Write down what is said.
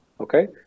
Okay